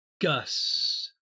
Gus